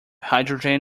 hydrogen